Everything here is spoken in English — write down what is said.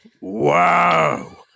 wow